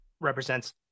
represents